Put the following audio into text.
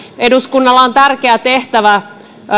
eduskunnalla on tärkeä tehtävä